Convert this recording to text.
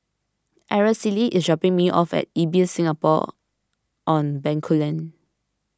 Araceli is dropping me off at Ibis Singapore on Bencoolen